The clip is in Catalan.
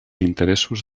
interessos